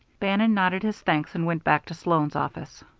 bannon nodded his thanks and went back to sloan's office.